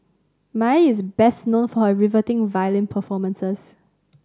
Mae is best known for her riveting violin performances